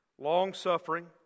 long-suffering